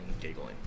giggling